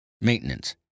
maintenance